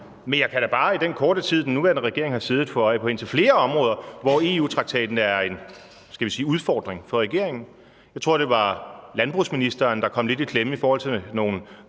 Men jeg kan da bare i den korte tid, den nuværende regering har siddet, få øje på indtil flere områder, hvor EU-traktaten er en, skal vi sige udfordring for regeringen. Jeg tror, det var landbrugsministeren, der kom lidt i klemme i forhold til nogle